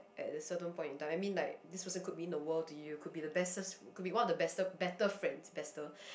at a certain point in time I mean like this person could mean the world to you could be the bestest could be one of the bester better friends better